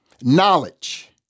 Knowledge